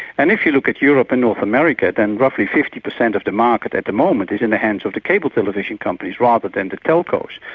and if you look at europe and north america then roughly fifty percent of the market at the moment is in the hands of the cable television companies rather than the telcos.